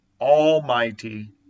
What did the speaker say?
almighty